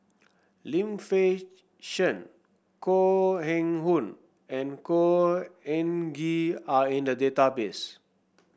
Lim Fei Shen Koh Eng Hoon and Khor Ean Ghee are in the database